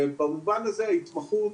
ובמובן הזה התמחות,